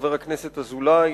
חבר הכנסת אזולאי,